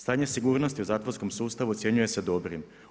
Stanje sigurnosti u zatvorskom sustavu ocjenjuje se dobrim.